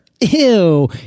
Ew